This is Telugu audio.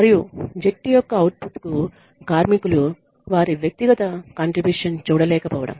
మరియు జట్టు యొక్క అవుట్పుట్ కు కార్మికులు వారి వ్యక్తిగత కాంట్రిబ్యూషన్ చూడలేకపోవడం